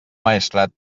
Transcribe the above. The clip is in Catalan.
maestrat